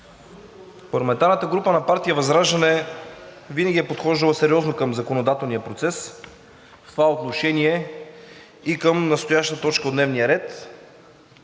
Парламентарната група на партия ВЪЗРАЖДАНЕ винаги е подхождала сериозно към законодателния процес, в това отношение и към настоящата точка от дневния ред.